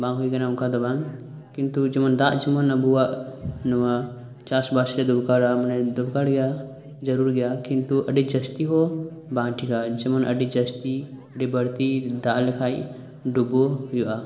ᱵᱟᱝ ᱦᱳᱭ ᱟᱠᱟᱱᱟ ᱚᱱᱠᱟ ᱫᱚ ᱵᱟᱝ ᱠᱤᱱᱛᱩ ᱫᱟᱜ ᱡᱮᱢᱚᱱ ᱟᱵᱚᱣᱟᱜ ᱱᱚᱶᱟ ᱪᱟᱥ ᱵᱟᱥ ᱨᱮ ᱫᱚᱨᱠᱟᱨᱟ ᱢᱟᱱᱮ ᱫᱚᱨᱠᱟᱨ ᱜᱮᱭᱟ ᱡᱟᱨᱩᱲ ᱜᱮᱭᱟ ᱠᱤᱱᱛᱩ ᱟᱰᱤ ᱡᱟᱥᱛᱤ ᱦᱚᱸ ᱵᱟᱝ ᱴᱷᱤᱠᱟ ᱡᱮᱢᱚᱱ ᱟᱰᱤ ᱡᱟᱥᱛᱤ ᱟᱰᱤ ᱵᱟᱲᱛᱤ ᱫᱟᱜ ᱞᱮᱠᱷᱟᱱ ᱰᱩᱵᱟᱹᱣ ᱦᱳᱭᱳᱜᱼᱟ